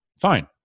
Fine